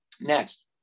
next